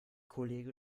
kollege